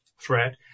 Threat